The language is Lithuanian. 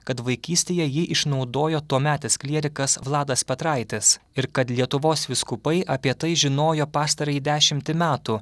kad vaikystėje jį išnaudojo tuometis klierikas vladas petraitis ir kad lietuvos vyskupai apie tai žinojo pastarąjį dešimtį metų